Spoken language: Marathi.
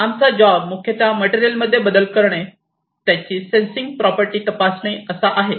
आमचा जॉब मुख्यतः मटेरियल मध्ये बदल करणे त्यांचे सेन्सिंग प्रॉपर्टी तपासणे आहे